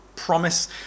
promise